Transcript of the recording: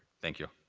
thank you.